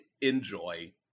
Enjoy